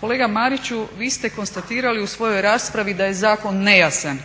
Kolega Mariću, vi ste konstatirali u svojoj raspravi da je zakon nejasan